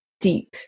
deep